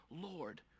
Lord